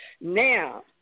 Now